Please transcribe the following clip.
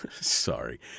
Sorry